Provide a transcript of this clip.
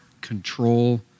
control